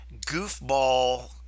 goofball